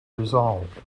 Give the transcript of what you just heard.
resolved